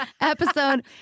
episode